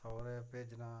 सौह्रै भेजना